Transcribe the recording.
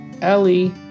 Ellie